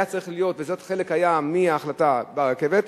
וזה היה חלק מההחלטה ברכבת,